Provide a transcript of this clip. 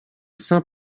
saint